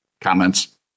comments